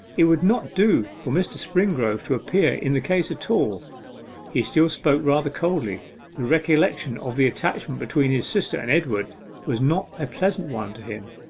it would not do for mr. springrove to appear in the case at all he still spoke rather coldly the recollection of the attachment between his sister and edward was not a pleasant one to him.